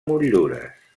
motllures